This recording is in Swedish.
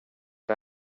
jag